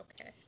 Okay